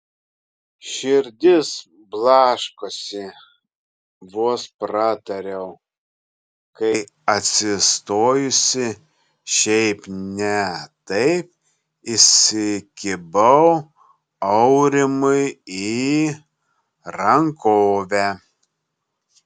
širdis blaškosi vos pratariau kai atsistojusi šiaip ne taip įsikibau aurimui į rankovę